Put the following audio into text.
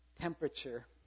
temperature